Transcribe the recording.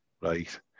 right